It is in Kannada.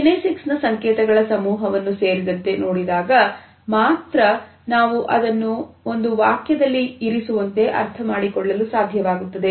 ಕಿನೆಸಿಕ್ಸ್ ನ ಸಂಕೇತಗಳ ಸಮೂಹವನ್ನು ಸೇರಿದಂತೆ ನೋಡಿದಾಗ ಮಾತ್ರ ನಾವು ಅದನ್ನು ಒಂದು ವಾಕ್ಯದಲ್ಲಿ ಏರಿಸುವಂತೆ ಅರ್ಥಮಾಡಿಕೊಳ್ಳಲು ಸಾಧ್ಯವಾಗುತ್ತದೆ